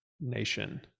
nation